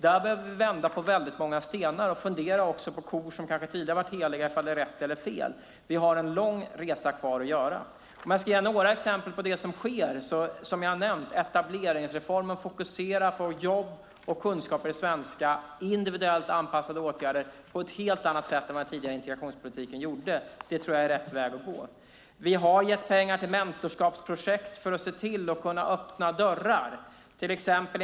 Där behöver vi vända på väldigt många stenar och fundera på kor som kanske tidigare har varit heliga ifall de är rätt eller fel. Vi har en lång resa kvar att göra. Jag kan ge några exempel på det som sker och som jag har nämnt. Etableringsreformen fokuserar på jobb, kunskaper i svenska och individuellt anpassade åtgärder på ett helt annat sätt än vad den tidigare integrationspolitiken gjorde. Det tror jag är rätt väg att gå. Vi har gett pengar till mentorskapsprojekt för att se till att kunna öppna dörrar.